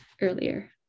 earlier